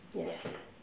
yes